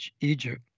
Egypt